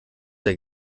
der